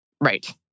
Right